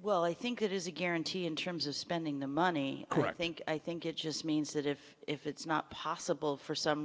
well i think it is a guarantee in terms of spending the money i think i think it just means that if if it's not possible for some